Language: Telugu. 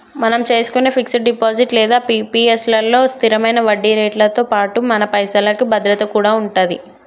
మనం చేసుకునే ఫిక్స్ డిపాజిట్ లేదా పి.పి.ఎస్ లలో స్థిరమైన వడ్డీరేట్లతో పాటుగా మన పైసలకి భద్రత కూడా ఉంటది